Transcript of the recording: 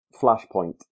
Flashpoint